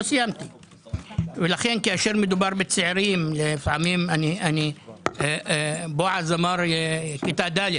לכן כשמדובר בצעירים - בועז אמר כיתה ד'.